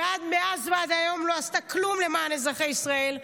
שמאז ועד היום לא עשתה כלום למען אזרחי ישראל,